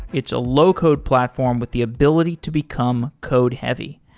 it's a low-code platform with the ability to become code-heavy.